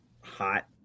hot